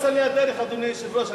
לא אצה לי הדרך, אדוני היושב-ראש.